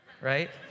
right